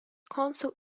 council